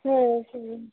ம் okay ma'am